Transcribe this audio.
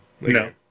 No